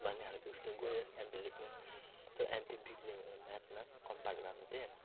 भन्नेखालको यस्तो गएँ एमपी लेख्नु तर एमपी बिग्रियो म्याथमा कम्पार्ट भएको थिएँ